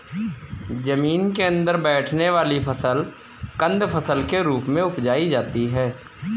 जमीन के अंदर बैठने वाली फसल कंद फसल के रूप में उपजायी जाती है